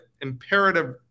imperative